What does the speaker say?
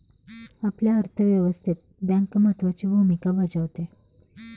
आपल्या अर्थव्यवस्थेत बँक महत्त्वाची भूमिका बजावते